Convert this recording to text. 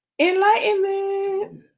enlightenment